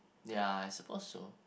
ya I suppose so